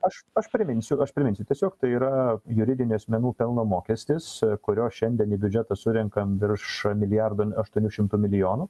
aš aš priminsiu aš priminsiu tiesiog tai yra juridinių asmenų pelno mokestis kurio šiandien į biudžetą surenkam virš milijardo aštuonių šimtų milijonų